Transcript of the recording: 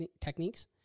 techniques